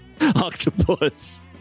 octopus